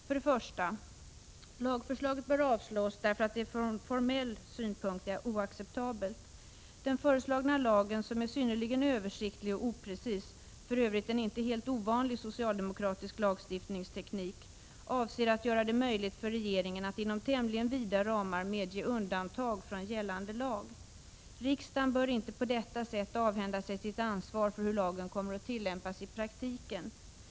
För det första bör lagförslaget avslås därför att det från formell synpunkt är oacceptabelt. Den föreslagna lagen, som är synnerligen översiktlig och oprecis — för övrigt en inte helt ovanlig socialdemokratisk lagstiftningsteknik — avser att göra det möjligt för regeringen att inom tämligen vida ramar medge undantag från gällande lag. Riksdagen bör inte på detta sätt avhända sigsitt ansvar för hur lagen kommer att tillämpas i praktiken.